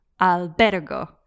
albergo